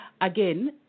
Again